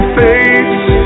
face